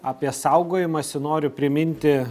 apie saugojamasi noriu priminti